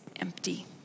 empty